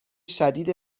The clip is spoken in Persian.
شدید